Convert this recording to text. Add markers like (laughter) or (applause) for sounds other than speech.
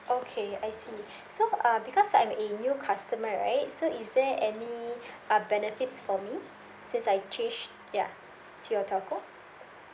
okay I see (breath) so um because I'm a new customer right so is there any (breath) uh benefits for me since I changed ya to your telco